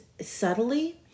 subtly